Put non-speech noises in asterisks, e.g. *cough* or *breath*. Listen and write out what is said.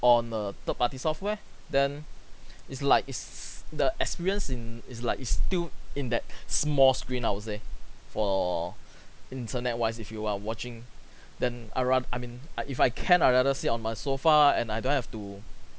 on a third party software then *breath* is like is the experience in is like it's still in that *breath* small screen ours there for *breath* internet-wise if you are watching *breath* then I'd rath~ I mean if I can I'd rather sit on my sofa and I don't have to